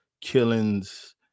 killings